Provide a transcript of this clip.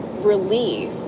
relief